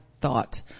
thought